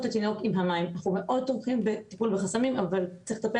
אנחנו מאוד תומכים בטיפול בחסמים אבל צריך לטפל